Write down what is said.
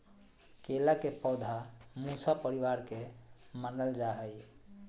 केला के पौधा मूसा परिवार के मानल जा हई